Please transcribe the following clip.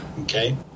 okay